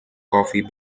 coffee